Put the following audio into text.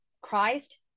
Christ